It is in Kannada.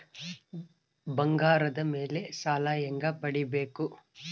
ಬಂಗಾರದ ಮೇಲೆ ಸಾಲ ಹೆಂಗ ಪಡಿಬೇಕು?